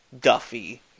Duffy